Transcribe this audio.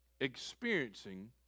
experiencing